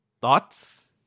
Thoughts